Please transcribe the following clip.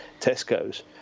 tesco's